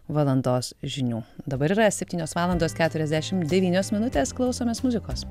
valandos žinių dabar yra septynios valandos keturiasdešim devynios minutės klausomės muzikos